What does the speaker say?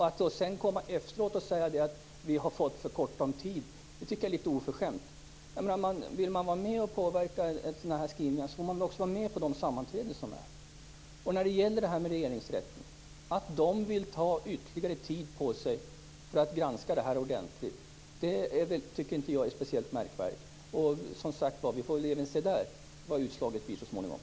Att sedan komma efteråt och säga att vi fått för kort om tid är oförskämt. Vill man påverka skrivningar skall man vara med på sammanträden. Att regeringsrätten vill ta ytterligare tid på sig för att granska ärendet ordentligt tycker jag inte är speciellt märkvärdigt. Vi får väl se vad utslaget blir så småningom.